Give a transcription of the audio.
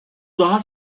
daha